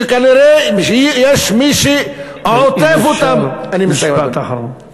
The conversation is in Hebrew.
שכנראה אם יש מי שעוטף אותם, אם אפשר, משפט אחרון.